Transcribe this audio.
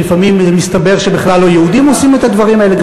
לפעמים מסתבר שבכלל לא יהודים עושים את הדברים האלה,